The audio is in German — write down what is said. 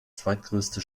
zweitgrößte